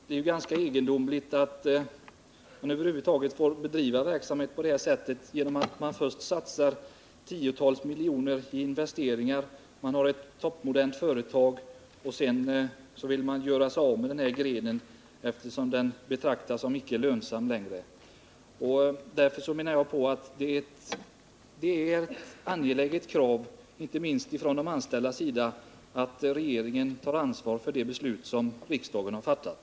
Det är ganska egendomligt att man får bedriva verksamhet på detta sätt. Först investerar man tiotals miljoner kronor och skapar ett toppmodernt företag, varefter man gör sig av med den här grenen, eftersom den inte längre betraktas som lönsam. Det är ett angeläget krav, inte minst från de anställdas sida, att regeringen tar ansvar för det beslut som riksdagen har fattat.